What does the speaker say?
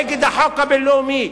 נגד החוק הבין-לאומי.